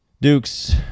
Dukes